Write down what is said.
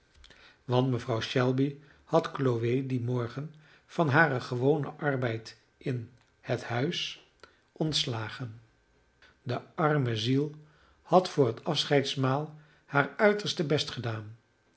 want mevrouw shelby had chloe dien morgen van haren gewonen arbeid in het huis ontslagen de arme ziel had voor het afscheidsmaal haar uiterste best gedaan